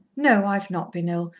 no, i've not been ill.